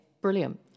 brilliant